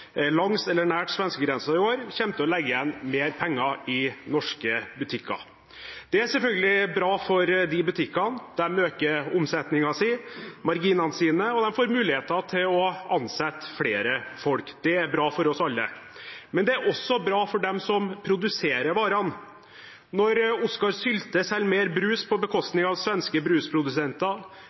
langs eller nær svenskegrensen i år kommer til å legge igjen mer penger i norske butikker. Det er selvfølgelig bra for disse butikkene. De øker omsetningen sin og marginene sine, og de får muligheten til å ansette flere folk. Det er bra for oss alle. Men det er også bra for dem som produserer varene. Når Oskar Sylte selger mer brus på bekostning av svenske brusprodusenter,